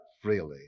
freely